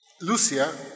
Lucia